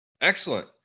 Excellent